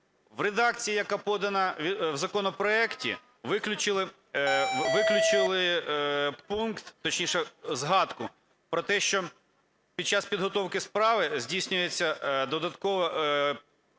В редакції, яка подана в законопроекті, виключили пункт, точніше, згадку про те, що під час підготовки справи здійснюється додатково